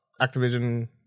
Activision